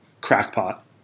crackpot